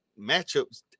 matchups